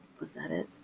was that it?